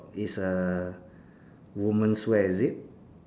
is a women's wear is it